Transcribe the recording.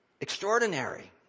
extraordinary